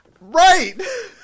Right